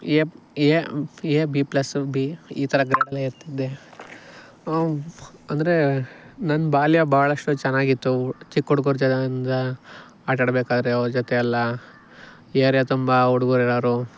A A A B plus B ಈ ಥರ ಗ್ರೇಡಲ್ಲೇ ಇರ್ತಾಯಿದ್ದೆ ಅಂದರೆ ನನ್ನ ಬಾಲ್ಯ ಬಹಳಷ್ಟು ಚೆನ್ನಾಗಿತ್ತು ಚಿಕ್ಕ ಹುಡುಗ್ರು ಜೊತೆಯಿಂದ ಆಟಡ್ಬೇಕಾದ್ರೆ ಅವರ ಜೊತೆಯೆಲ್ಲ ಏರಿಯಾ ತುಂಬ ಹುಡುಗ್ರು ಇರೋರು